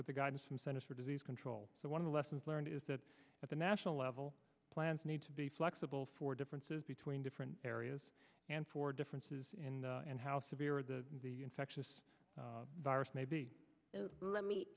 with the guidance from centers for disease control so one of the lessons learned is that at the national level plans need to be flexible for differences between different areas and for differences in how severe the infectious virus may be let me